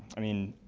i mean,